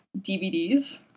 DVDs